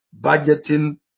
Budgeting